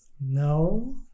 no